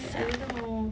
siam~